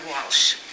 Walsh